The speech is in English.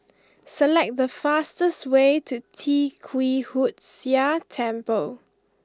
select the fastest way to Tee Kwee Hood Sia Temple